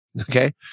Okay